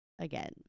again